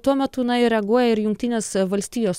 tuo metu na ir reaguoja ir jungtinės valstijos